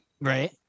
right